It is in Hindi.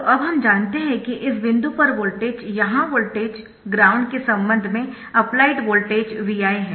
तो अब हम जानते है कि इस बिंदु पर वोल्टेज यहां वोल्टेज ग्राउंड के संबंध में अप्लाइड वोल्टेज Vi है